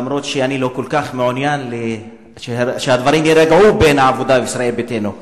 למרות שאני לא כל כך מעוניין שהדברים יירגעו בין העבודה לישראל ביתנו.